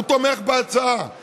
והוא תומך בהצעה.